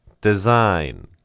design